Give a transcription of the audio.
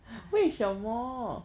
ask